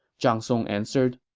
zhang song answered.